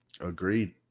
Agreed